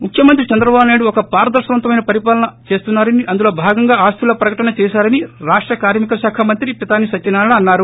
ముఖ్యమంత్రి చంద్రబాబు నాయుడు ఒక పారదర్పవంతమైన పరిపాలన చేస్తున్నా రని అందులో భాగంగా ఆస్తుల ప్రకటన చేశారని రాష్ట కార్మిక శాఖ మంత్రి పితాని సత్యనారాయణ అన్నారు